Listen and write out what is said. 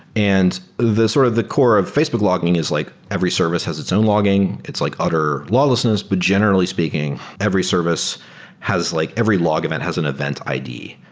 and the sort of the core of facebook logging is like every service has its own logging. it's like utter lawlessness, but generally speaking, every service has like every log event has an event id,